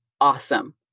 awesome